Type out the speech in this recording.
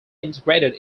integrated